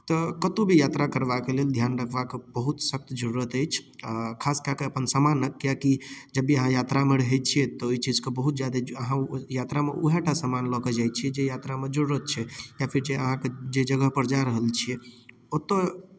तऽ कतहु भी यात्रा करबाक लेल ध्यान रखबाक बहुत सख्त जरूरत अछि खास कए कऽ अपन सामानक किआकि जब भी अहाँ यात्रामे रहैत छियै तऽ ओहि चीजक बहुत ज्यादे अहाँ यात्रामे उएह टा समान लऽ कऽ जाइत छियै जे यात्रामे जरूरत छै या फेर जे अहाँके जे जगहपर जा रहल छियै ओतय